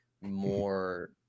more